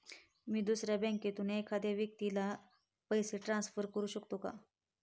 मी दुसऱ्या बँकेतून एखाद्या व्यक्ती ला पैसे ट्रान्सफर करु शकतो का?